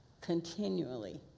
continually